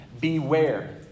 Beware